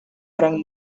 gran